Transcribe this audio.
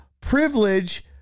privilege